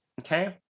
Okay